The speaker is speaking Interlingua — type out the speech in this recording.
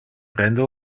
prende